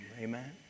Amen